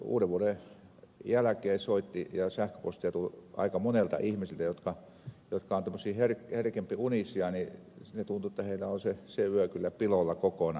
mutta uudenvuoden jälkeen on soittoja ja sähköpostia tullut aika monelta ihmiseltä jotka ovat tämmöisiä herkempiunisia ja tuntui että heillä on se yö kyllä piloilla kokonaan